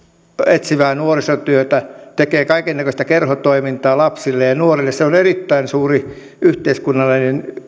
etsivää nuorisotyötä tekee kaikennäköistä kerhotoimintaa lapsille ja nuorille se on erittäin suuri yhteiskunnallinen